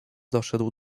doszedł